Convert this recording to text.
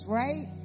right